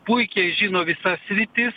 puikiai žino visas sritis